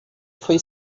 foi